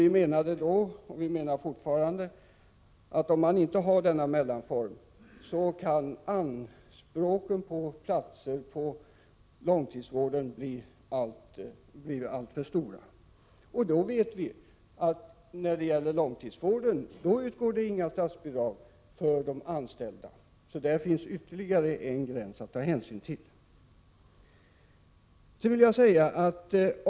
Vi menade då och menar fortfarande att om man inte har denna mellanform så kan anspråken på platser i långtidsvården bli alltför stora. Och när det gäller långtidsvården utgår som bekant inga statsbidrag för de anställda, så där finns ytterligare en gräns att ta hänsyn till.